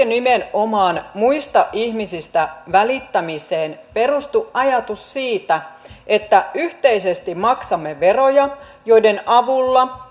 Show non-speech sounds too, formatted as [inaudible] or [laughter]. [unintelligible] nimenomaan muista ihmisistä välittämiseen perustu ajatus siitä että yhteisesti maksamme veroja joiden avulla [unintelligible]